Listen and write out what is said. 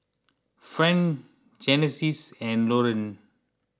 Friend Genesis and Lorean